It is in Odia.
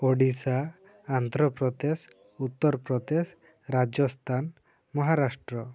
ଓଡ଼ିଶା ଆନ୍ଧ୍ରପ୍ରଦେଶ ଉତ୍ତରପ୍ରଦେଶ ରାଜସ୍ତାନ ମହାରାଷ୍ଟ୍ର